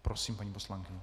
Prosím, paní poslankyně.